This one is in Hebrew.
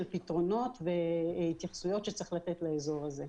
פתרונות והתייחסויות שצריך לתת לאזור הזה.